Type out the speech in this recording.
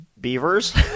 Beavers